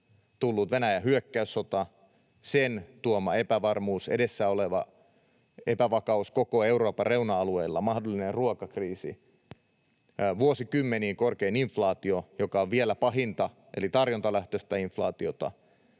vielä Venäjän hyökkäyssota, sen tuoma epävarmuus, edessä oleva epäva-kaus koko Euroopan reuna-alueilla, mahdollinen ruokakriisi, vuosikymmeniin korkein inf-laatio, joka on vielä pahinta eli tarjontalähtöistä inflaatiota,